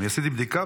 אני עשיתי בדיקה,